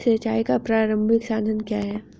सिंचाई का प्रारंभिक साधन क्या है?